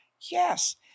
Yes